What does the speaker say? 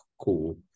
cool